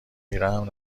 میرم